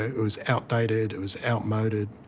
it was outdated, it was outmoded.